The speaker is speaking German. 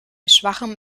schwachem